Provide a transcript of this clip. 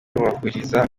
bahuriza